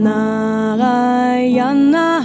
Narayana